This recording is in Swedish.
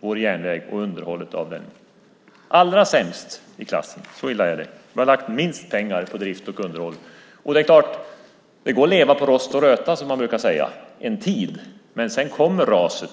vår järnväg och underhållet av den. Vi har varit allra sämst i klassen. Så illa är det. Vi har lagt minst pengar på drift och underhåll. Det är klart att det går att leva på rost och röta, som man brukar säga. Det går en tid, men sedan kommer raset.